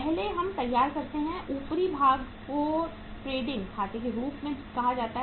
पहले हम तैयार करते हैं ऊपरी भाग को ट्रेडिंग खाते के रूप में कहा जाता है